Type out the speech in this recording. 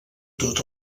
tot